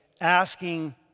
asking